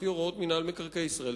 לפי הוראות מינהל מקרקעי ישראל,